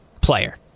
player